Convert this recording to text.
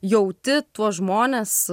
jauti tuos žmones